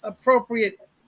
appropriate